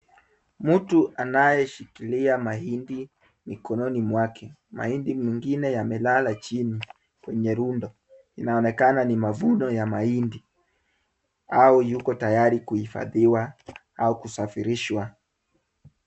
Mtu anayeshikilia mahindi mikononi mwake. Mahindi mingine yamelala chini kwenye rundo inaonekana ni mavuno ya mahindi au yuko tayari kuhifadhiwa au kusafirishwa.